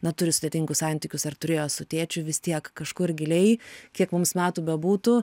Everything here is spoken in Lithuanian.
na turi sudėtingus santykius ar turėjo su tėčiu vis tiek kažkur giliai kiek mums metų bebūtų